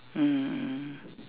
mmhmm mm